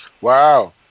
Wow